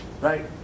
Right